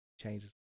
Changes